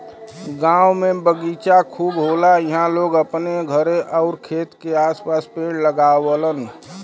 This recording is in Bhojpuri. गांव में बगीचा खूब होला इहां लोग अपने घरे आउर खेत के आस पास पेड़ लगावलन